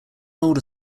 older